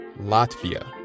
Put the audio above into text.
Latvia